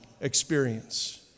experience